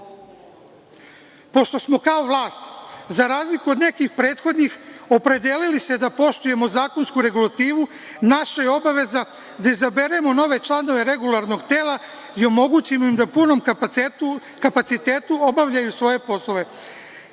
smo kao vlast, za razliku od nekih prethodnih, opredelili se da poštujemo zakonsku regulativu, naša je obaveza da izaberemo nove članove Regulatornog tela i omogućimo im da u punom kapacitetu obavljaju svoje poslove.